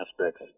aspects